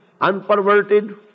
Unperverted